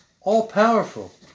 all-powerful